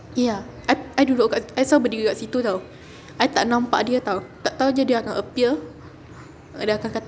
ya I I duduk kat I selalu berdiri kat situ [tau] I tak nampak dia [tau] tau-tau dia akan appear dia akan kata